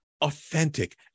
authentic